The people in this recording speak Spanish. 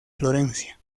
florencia